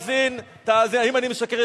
תאזין, האם אני משקר.